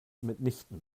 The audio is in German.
mitnichten